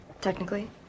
Technically